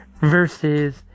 versus